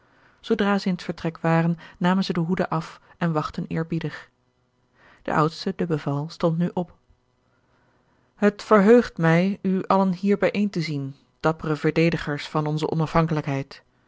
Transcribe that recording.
zoodra zij in het vertrek waren namen zij de hoeden af en wachtten eerbiedig de oudste de beval stond nu op het verheugt mij u allen hier bijeen te zien dappere verdedigers van onze onafhankelijkheid